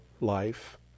life